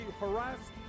harassed